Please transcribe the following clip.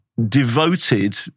Devoted